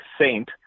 saint